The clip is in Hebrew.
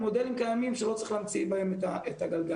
עם מודלים קיימים שלא צריך להמציא בהם את הגלגל.